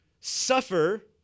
suffer